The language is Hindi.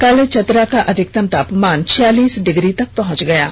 कल चतरा का अधिकतम तापमान छियालीस डिग्री तक पहुंच गया है